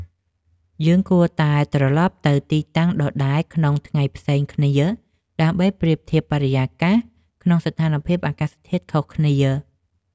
យើងគួរតែត្រលប់ទៅទីតាំងដដែលក្នុងថ្ងៃផ្សេងគ្នា ដើម្បីប្រៀបធៀបបរិយាកាសក្នុងស្ថានភាពអាកាសធាតុខុសគ្នា។